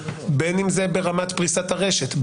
בין אם זה ברמת פריסת הרשת,